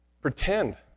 pretend